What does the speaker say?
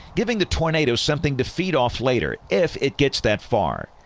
giving the tornado something to feed off later, if it gets that far.